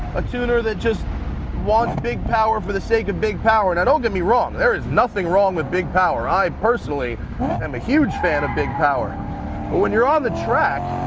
a tuner that just wants big power for the sake of big power. and now don't get me wrong, there is nothing wrong with big power. i personally am a huge fan of big power. but when you're on the track,